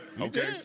Okay